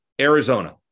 Arizona